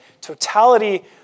totality